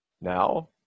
Now